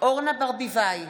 אורנה ברביבאי,